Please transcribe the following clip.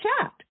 chat